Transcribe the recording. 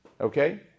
Okay